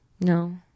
No